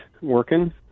working